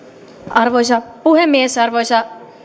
arvoisa puhemies arvoisa